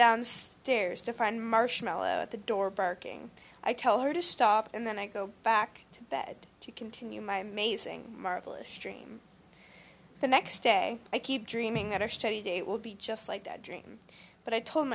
downstairs to find marshmallow at the door barking i tell her to stop and then i go back to bed to continue my amazing marvelous stream the next day i keep dreaming that i study day it will be just like a dream but i told